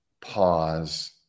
pause